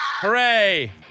Hooray